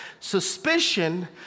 Suspicion